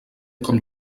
com